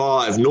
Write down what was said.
Five